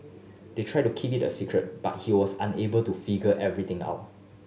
they tried to keep it a secret but he was unable to figure everything out